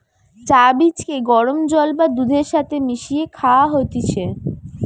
চা বীজকে গরম জল বা দুধের সাথে মিশিয়ে খায়া হতিছে